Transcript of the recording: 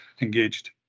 engaged